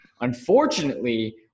Unfortunately